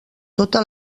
tota